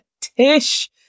Tish